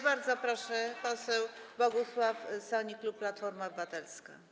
Bardzo proszę, poseł Bogusław Sonik, klub Platforma Obywatelska.